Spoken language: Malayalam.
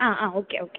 ആ ആ ഓക്കെ ഓക്കെ